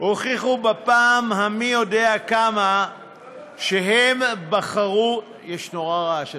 הוכיחו בפעם המי-יודע-כמה שהם בחרו, יש רעש נורא.